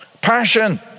Passion